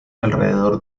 alrededor